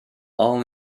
all